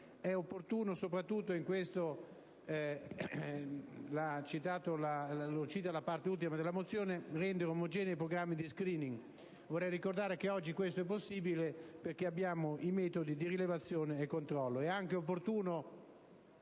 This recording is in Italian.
È opportuno, soprattutto - lo cita l'ultima parte della mozione - rendere omogenei i programmi di *screening*; e vorrei ricordare che oggi questo è possibile, perché abbiamo metodi di rilevazione e di controllo. È anche opportuno